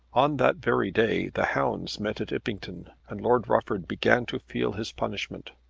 on that very day the hounds met at impington and lord rufford began to feel his punishment.